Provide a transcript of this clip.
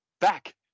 back